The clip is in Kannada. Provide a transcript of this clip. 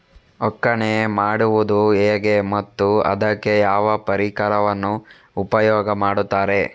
ಒಕ್ಕಣೆ ಮಾಡುವುದು ಹೇಗೆ ಮತ್ತು ಅದಕ್ಕೆ ಯಾವ ಪರಿಕರವನ್ನು ಉಪಯೋಗ ಮಾಡುತ್ತಾರೆ?